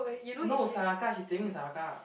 no Saraca she's staying with Saraca